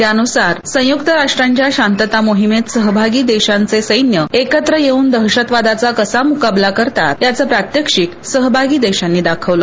त्यानुसार संयुक्त राष्ट्रांच्या शांतता मोहिमेत सहभागी देशाचं सैन्य एकत्र येऊन दहशतवादाचा कसा मुकाबला करत याच प्रात्यक्षिक सहभागी देशांनी दाखवलं